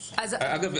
אגב,